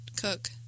cook